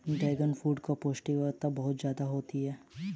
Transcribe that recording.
dragon fruit में पौष्टिकता बहुत ज्यादा होती है